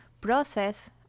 process